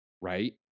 right